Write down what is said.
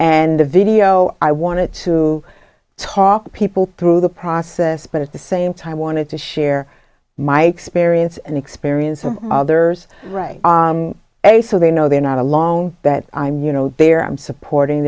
a video i wanted to talk to people through the process but at the same time i wanted to share my experience and experience of others right on a so they know they're not alone that i'm you know they're i'm supporting